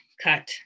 cut